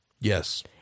Yes